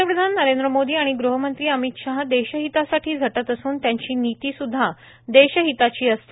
पंतप्रधान नरेंद्र मोदी आणि गृहमंत्री अमित शाह देशहितासाठी झटत असून त्यांची निती सुध्दा देशहितातच असते